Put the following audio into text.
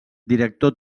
director